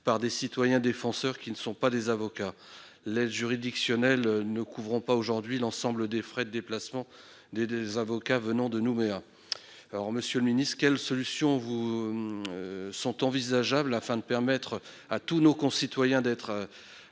par des citoyens défenseurs qui ne sont pas des avocats. En effet, l'aide juridictionnelle ne couvre pas aujourd'hui l'ensemble des frais de déplacement des avocats venant de Nouméa. Monsieur le ministre, quelles solutions peuvent être envisagées pour permettre à tous nos concitoyens d'être